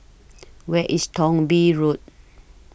Where IS Thong Bee Road